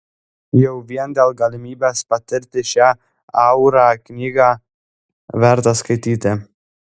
jau vien dėl galimybės patirti šią aurą knygą verta skaityti